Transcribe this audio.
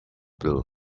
blue